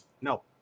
No